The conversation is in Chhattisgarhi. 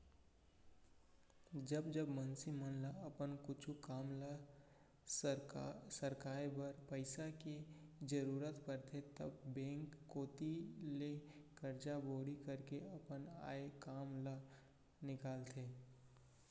जब जब मनसे मन ल अपन कुछु काम ल सरकाय बर पइसा के जरुरत परथे तब बेंक कोती ले करजा बोड़ी करके अपन आय काम ल निकालथे